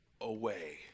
away